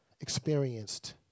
experienced